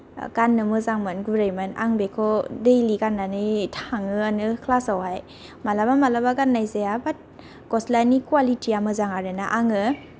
गान्नो मोजांमोन गुरैमोन आं बेखौ डैलि गान्नानै थाङोआनो क्लासआवहाय मालाबा मालाबा गान्नाय जाया बात गस्लानि क्वालिटिया मोजांआरो ना आङो